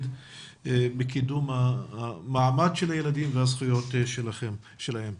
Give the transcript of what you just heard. בקידום המעמד של הילדים והזכויות שלהם.